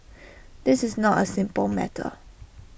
this is not A simple matter